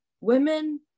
women